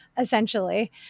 Essentially